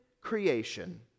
creation